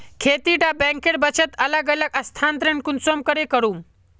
खेती डा बैंकेर बचत अलग अलग स्थानंतरण कुंसम करे करूम?